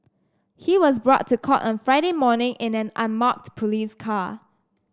he was brought to court on Friday morning in an unmarked police car